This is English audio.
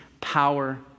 power